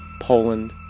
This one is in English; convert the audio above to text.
Poland